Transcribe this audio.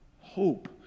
hope